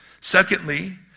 Secondly